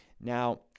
Now